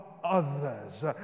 Others